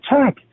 attack